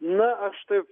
na aš taip